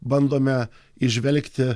bandome įžvelgti